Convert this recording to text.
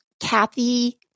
Kathy